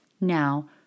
Now